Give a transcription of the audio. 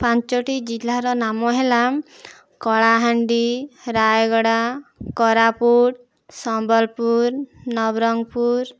ପାଞ୍ଚଟି ଜିଲ୍ଲାର ନାମ ହେଲା କଳାହାଣ୍ଡି ରାୟଗଡ଼ା କୋରାପୁଟ ସମ୍ବଲପୁର ନବରଙ୍ଗପୁର